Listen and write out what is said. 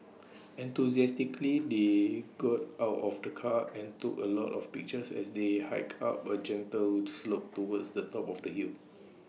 enthusiastically they got out of the car and took A lot of pictures as they hiked up A gentle slope towards the top of the hill